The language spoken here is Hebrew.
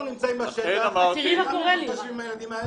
אנחנו צריכים תשובות מהמשטרה ומשרד החינוך.